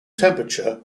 temperature